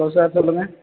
hello sir சொல்லுங்கள்